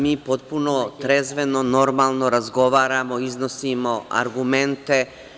Mi potpuno trezveno, normalno razgovaramo, iznosimo argumente.